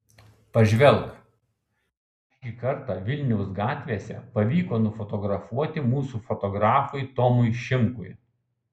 pažvelk ką šį kartą vilniaus gatvėse pavyko nufotografuoti mūsų fotografui tomui šimkui